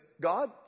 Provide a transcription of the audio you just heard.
God